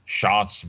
shots